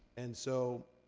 and so,